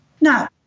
Now